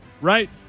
right